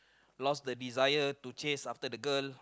lost the desire to chase after the girl